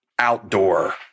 outdoor